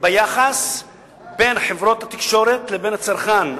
ביחס בין חברות התקשורת לבין הצרכן.